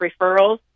referrals